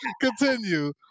continue